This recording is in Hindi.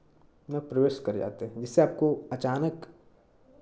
में प्रवेश कर जाते हैं जिससे आपको अचानक